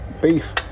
Beef